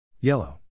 Yellow